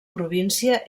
província